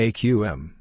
Aqm